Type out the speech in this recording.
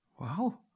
Wow